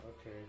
Okay